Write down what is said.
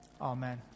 amen